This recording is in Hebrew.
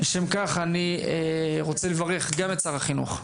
אני רוצה לברך גם את שר החינוך,